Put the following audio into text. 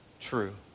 true